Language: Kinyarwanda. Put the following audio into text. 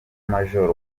major